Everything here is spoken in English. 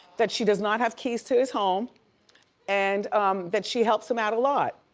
that she does not have keys to his home and that she helps him out a lot.